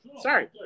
Sorry